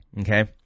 Okay